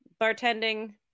bartending